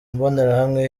mbonerahamwe